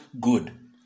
good